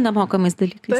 nemokamais dalykais